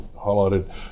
highlighted